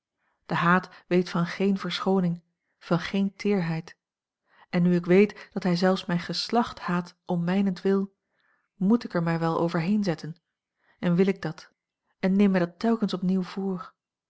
de haat weet van geene verschooning van geene teerheid en nu ik weet dat hij zelfs mijn geslacht haat om mijnentwil moet ik er mij wel overheen zetten en wil ik dat en neem mij dat telkens opnieuw voor